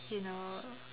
you know